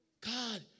God